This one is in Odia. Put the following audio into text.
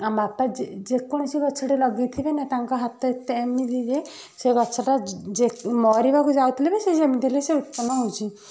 ଆମ ବାପା ଯେ ଯେକୌଣସି ଗଛଟେ ଲଗେଇଥିବେ ନା ତାଙ୍କ ହାତ ଏତେ ଏମିତି ଯେ ସେ ଗଛଟା ଯେ ମରିବାକୁ ଯାଉଥିଲେ ବି ସେ ସେମିତି ହେଲେ ସେ ଉତ୍ପନ୍ନ ହଉଛି